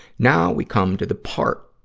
now, we come to the part,